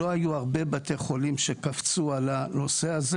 לא היו הרבה בתי חולים שקפצו על הנושא הזה